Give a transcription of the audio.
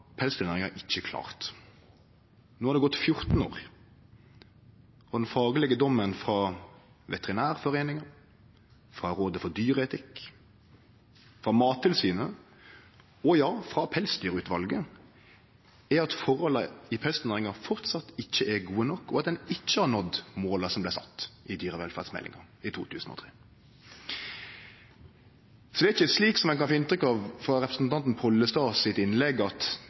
pelsdyrnæringa ikkje klart. No har det gått 14 år, og den faglege dommen frå Veterinærforeininga, frå Rådet for dyreetikk, frå Mattilsynet og – ja – frå Pelsdyrutvalet er at forholda i pelsdyrnæringa framleis ikkje er gode nok, og at ein ikkje har nådd måla som vart sette i dyrevelferdsmeldinga i 2003. Så det er ikkje slik, som ein kan få inntrykk av ut frå representanten Pollestad sitt innlegg, at